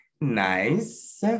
nice